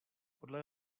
podle